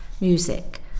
music